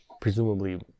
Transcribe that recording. Presumably